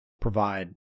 provide